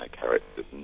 characters